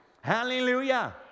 Hallelujah